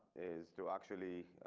is to actually